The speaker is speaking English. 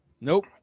Nope